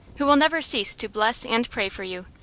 who will never cease to bless and pray for you.